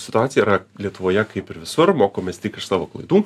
situacija yra lietuvoje kaip ir visur mokomės tik iš savo klaidų